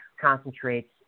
concentrates